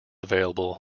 available